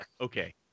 okay